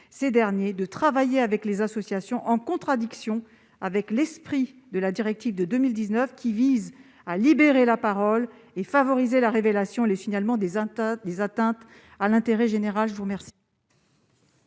les dissuader de travailler avec les associations, ce qui est en contradiction avec l'esprit de la directive de 2019 qui vise à libérer la parole et à favoriser la révélation et le signalement des atteintes à l'intérêt général. La parole